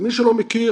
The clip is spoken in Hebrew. למי שלא מכיר,